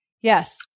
Yes